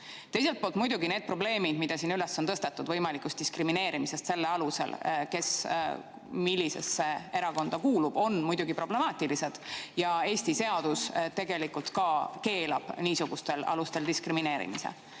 Teiselt poolt muidugi need probleemid, mis siin on üles tõstetud, see võimalik diskrimineerimine selle alusel, kes millisesse erakonda kuulub – see on muidugi problemaatiline ja Eesti seadus tegelikult ka keelab niisugustel alustel diskrimineerimise.